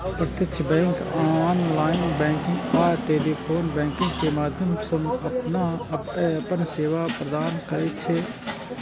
प्रत्यक्ष bank online banking आ telephone banking के माध्यम सं अपन सेवा प्रदान करै छै